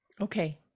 Okay